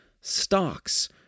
stocks